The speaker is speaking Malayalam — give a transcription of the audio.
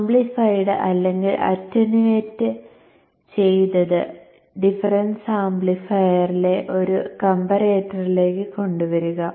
ആംപ്ലിഫൈഡ് അല്ലെങ്കിൽ അറ്റൻവേറ്റ് ചെയ്തത് ഡിഫറൻസ് ആംപ്ലിഫയറിലെ ഒരു കംപരറേറ്ററിലേക്കു കൊണ്ടുവരിക